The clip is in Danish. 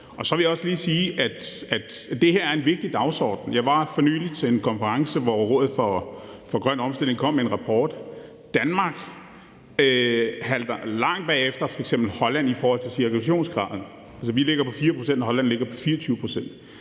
os. Så vil jeg også lige sige, at det her er en vigtig dagsorden. Jeg var for nylig til en konference, hvor Rådet for Grøn Omstilling kom med en rapport. Danmark halter langt bagefter f.eks. Holland i forhold til cirkulationsgraden. Vi ligger på 4 pct., og Holland ligger på 24 pct.